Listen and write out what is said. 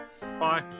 Bye